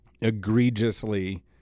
egregiously